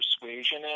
persuasion